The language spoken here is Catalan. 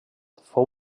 fou